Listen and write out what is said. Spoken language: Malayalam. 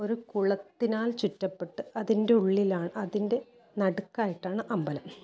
ഒരു കുളത്തിനാൽ ചുറ്റപ്പെട്ട് അതിൻ്റെ ഉള്ളിലാണ് അതിൻ്റെ നടുക്കായിട്ടാണ് അമ്പലം